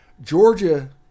Georgia